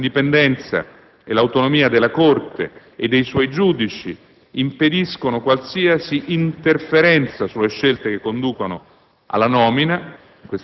dal professor Vaccarella. L'indipendenza e l'autonomia della Corte e dei suoi giudici impediscono qualsiasi interferenza sulle scelte che conducono